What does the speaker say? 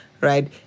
right